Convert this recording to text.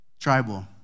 Tribal